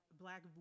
black